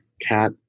cat